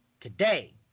Today